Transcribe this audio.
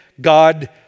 God